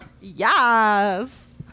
Yes